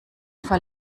fall